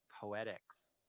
poetics